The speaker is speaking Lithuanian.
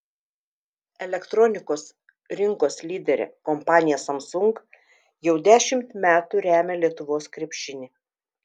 elektronikos rinkos lyderė kompanija samsung jau dešimt metų remia lietuvos krepšinį